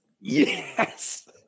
yes